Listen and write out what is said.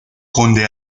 conde